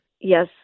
Yes